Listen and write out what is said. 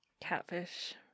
catfish